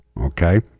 Okay